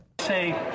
Say